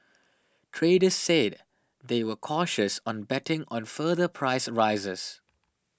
traders said they were cautious on betting on further price rises